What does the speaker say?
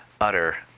utter